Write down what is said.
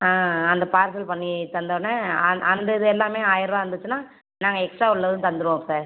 ஆ அந்த பார்சல் பண்ணி தந்த உடனே அந் அந்த இது எல்லாமே ஆயிரம் ரூபா வந்துச்சுனால் நாங்கள் எக்ஸ்ட்டா உள்ளதும் தந்துடுவோம் சார்